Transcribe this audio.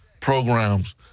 programs